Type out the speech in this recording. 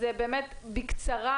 באמת בקצרה